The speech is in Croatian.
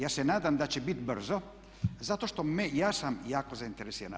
Ja se nadam da će biti brzo zato što sam ja jako zainteresiran.